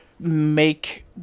make